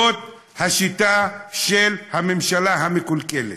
זאת השיטה של הממשלה המקולקלת.